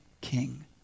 king